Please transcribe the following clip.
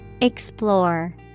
Explore